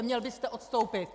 Měl byste odstoupit.